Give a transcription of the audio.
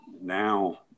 now